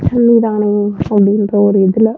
தண்ணி தானே அப்படின்ற ஒரு இதில்